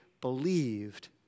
believed